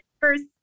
first